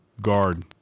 guard